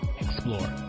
explore